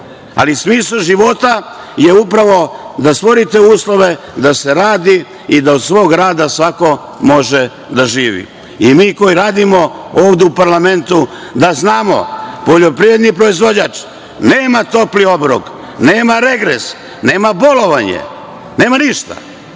ali smisao života je upravo da stvorite uslove, da se radi i da od svog rada svako može da živi.I mi koji radimo ovde u parlamentu da znamo da poljoprivredni proizvođač nema topli obrok, nema regres, nema bolovanje, nema ništa.